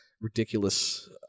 ridiculous